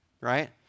right